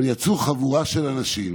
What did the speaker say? אבל יצאו חבורה של אנשים